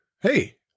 Hey